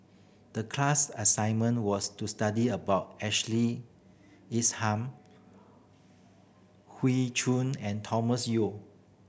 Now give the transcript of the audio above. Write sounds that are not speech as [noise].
the class assignment was to study about Ashley Isham [unintelligible] Choon and Thomas Yeo